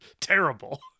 terrible